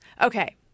Okay